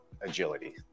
agility